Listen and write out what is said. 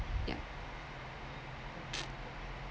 yeah